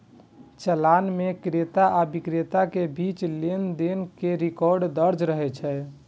चालान मे क्रेता आ बिक्रेता के बीच लेनदेन के रिकॉर्ड दर्ज रहै छै